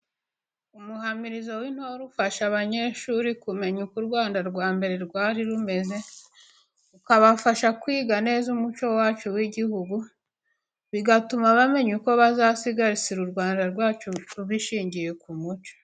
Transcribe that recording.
Umuhamizo w'intore ufasha abanyeshuri kumenya uko u Rwanda rwa hambere uko rwari rumeze, ukabafasha kwiga neza umuco wacu w'igihugu bigatuma bamenya uko bazasigasira u Rwanda rwacu bishingiye ku muco.